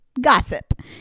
gossip